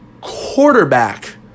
quarterback